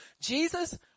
jesus